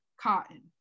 Cotton